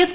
F